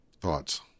thoughts